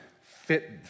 fit